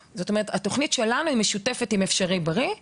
התוכנית שלנו משותפת עם התוכנית של משרד הבריאות